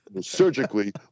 surgically